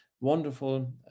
wonderful